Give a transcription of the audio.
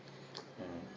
mm